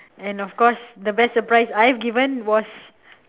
and of course the best surprise I have given was